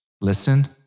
Listen